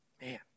Man